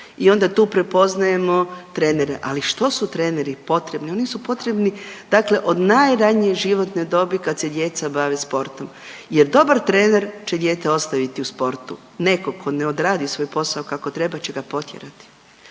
i onda tu prepoznajemo trenere, ali što su treneri potrebni, oni su potrebni dakle od najranije životne dobi kad se djeca bave sportom jer dobar trener će dijete ostaviti u sportu, nekog ko ne odradi svoj posao kako treba će ga potjerati